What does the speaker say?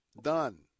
done